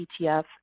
ETF